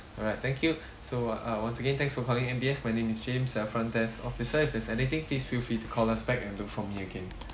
alright thank you so uh once again thanks for calling M_B_S my name is james uh front desk officer if there's anything please feel free to call us back and look for me again